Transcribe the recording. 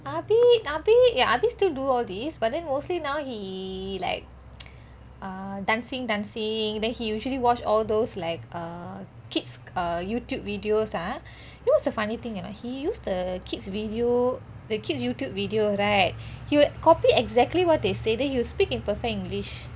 abi abi ya abi still do all these but then mostly now he like err dancing dancing then he usually watch all those like kids Youtube videos ah you know what's the funny thing or not he use the kids video the kids Youtube video right he will copy exactly what they say then he will speak in perfect english